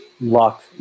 luck